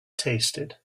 tasted